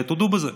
תודו בזה: